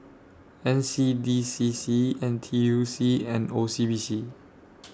N C D C C N T U C and O C B C